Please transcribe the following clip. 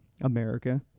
America